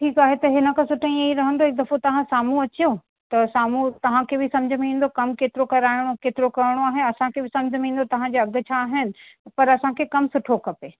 ठीकु आहे त हिन खां सुठो इअं ई रहंदो हिकु दफ़ो तव्हां साम्हूं अचो त साम्हूं तव्हांखे बि समुझ में ईंदो कमु केतिरो कराइणो आहे केतिरो करिणो आहे असांखे समुझ में ईंदो तव्हांजा अघु छा आहिनि पर असांखे कमु सुठो खपे